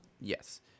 Yes